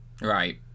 right